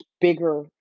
bigger